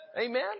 Amen